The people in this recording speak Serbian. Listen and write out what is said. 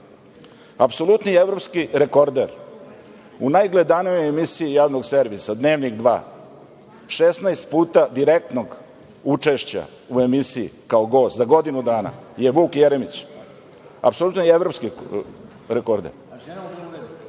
argument. Apsolutni evropski rekorder u najgledanijoj emisiji Javnog servisa, "Dnevnik 2" 16 puta direktnog učešća u emisiji, kao gost za godinu dana je Vuk Jeremić, apsolutni evropski rekorder. Naravno